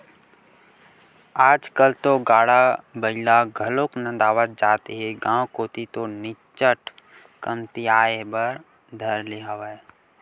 आजकल तो गाड़ा बइला घलोक नंदावत जात हे गांव कोती तो निच्चट कमतियाये बर धर ले हवय